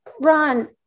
Ron